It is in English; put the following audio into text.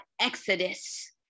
exodus